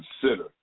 consider